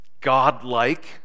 God-like